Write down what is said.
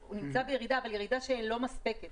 הוא נמצא בירידה אבל ירידה לא מספקת,